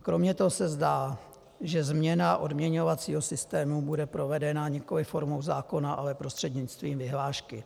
Kromě toho se zdá, že změna odměňovacího systému bude provedena nikoliv formou zákona, ale prostřednictvím vyhlášky.